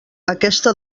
aquesta